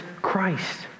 Christ